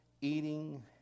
eating